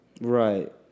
Right